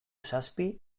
zazpi